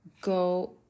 go